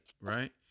right